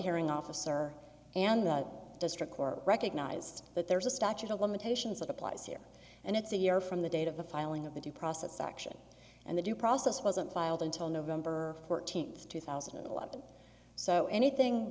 hearing officer and the district court recognized that there's a statute of limitations that applies here and it's a year from the date of the filing of the due process section and the due process wasn't filed until november fourteenth two thousand and eleven so anything